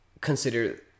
consider